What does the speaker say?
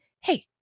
hey